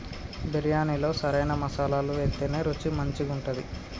బిర్యాణిలో సరైన మసాలాలు వేత్తేనే రుచి మంచిగుంటది